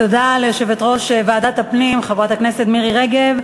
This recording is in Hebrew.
תודה ליושבת-ראש ועדת הפנים חברת הכנסת מירי רגב.